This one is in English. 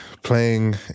Playing